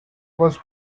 was